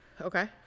Okay